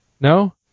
No